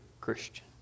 Christian